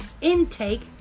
intake